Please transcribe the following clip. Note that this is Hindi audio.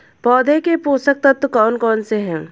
पौधों के पोषक तत्व कौन कौन से हैं?